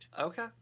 Okay